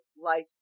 life